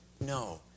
No